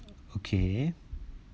okay